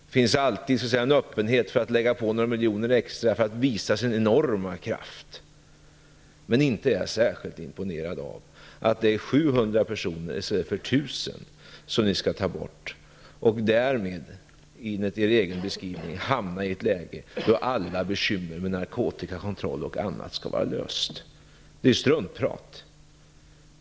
Det finns alltid en öppenhet för att lägga på några miljoner extra för att visa sin enorma kraft. Men jag är inte särskilt imponerad av att ni vill ta bort 700 i stället för 1 000 personer och tror att ni därmed, enligt er egen beskrivning, hamnar i ett läge där alla bekymmer med narkotikakontrollen är lösta. Det är struntprat.